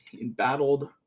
embattled